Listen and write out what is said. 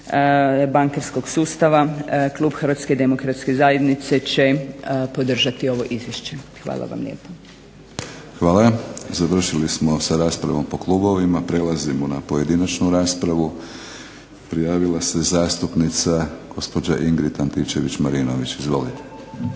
bankarskog sustava klub HDZ-a će podržati ovo izvješće. Hvala vam lijepa. **Batinić, Milorad (HNS)** Hvala. Završili smo sa raspravom po klubovima. Prelazimo na pojedinačnu raspravu. Prijavila se zastupnica gospođa Ingrid Antičević-Marinović. Izvolite.